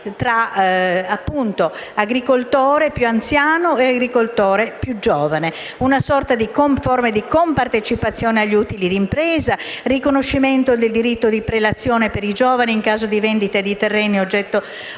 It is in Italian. tra agricoltore più anziano e agricoltore più giovane, con forme di compartecipazione agli utili di impresa e riconoscimento del diritto di prelazione per i giovani in caso di vendita di terreni oggetto